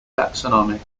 taxonomic